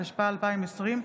התשפ"א 2020,